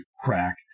crack